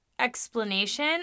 explanation